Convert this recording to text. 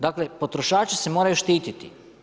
Dakle, potrošači se moraju štititi.